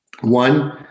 One